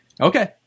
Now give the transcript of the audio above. Okay